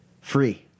free